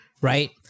right